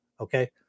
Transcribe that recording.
Okay